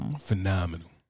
Phenomenal